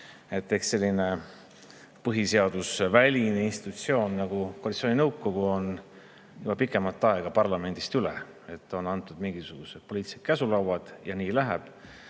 Eks selline põhiseadusväline institutsioon nagu koalitsiooninõukogu on juba pikemat aega parlamendist üle. On antud mingisugused poliitilised käsulauad ja nii läheb.